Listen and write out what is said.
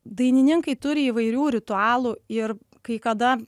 dainininkai turi įvairių ritualų ir kai kada